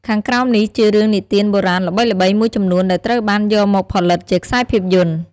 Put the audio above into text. ខាងក្រោមនេះជារឿងនិទានបុរាណល្បីៗមួយចំនួនដែលត្រូវបានយកមកផលិតជាខ្សែភាពយន្ត។